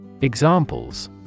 Examples